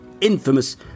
infamous